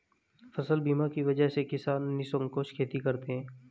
फसल बीमा की वजह से किसान निःसंकोच खेती करते हैं